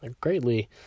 greatly